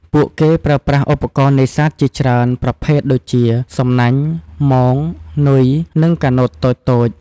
ពួកគេប្រើប្រាស់ឧបករណ៍នេសាទជាច្រើនប្រភេទដូចជា សំណាញ់ មង នុយ និង កាណូតតូចៗ។